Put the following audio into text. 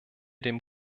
dem